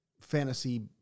fantasy